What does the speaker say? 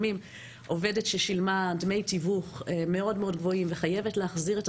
עובדת ששילמה דמי תיווך מאוד-מאוד גבוהים וחייבת להחזיר את